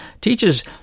teaches